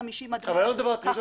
מ-50 עד 100 וכולי.